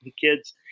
kids